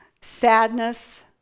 sadness